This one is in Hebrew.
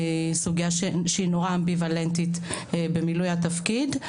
סוגייה שהיא נורא אמביוולנטית במילוי התפקיד.